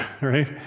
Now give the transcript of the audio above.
right